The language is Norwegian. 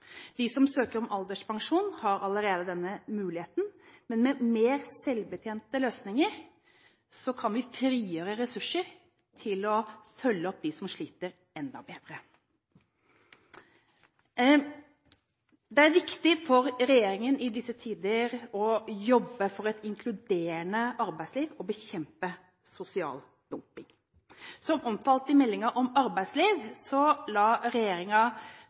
De som søker om alderspensjon, har allerede denne muligheten, men med mer selvbetjente løsninger kan vi frigjøre ressurser til å følge opp dem som sliter, enda bedre. Det er viktig for regjeringen i disse tider å jobbe for et inkluderende arbeidsliv og bekjempe sosial dumping. Som omtalt i meldingen om arbeidslivet, la